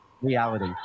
reality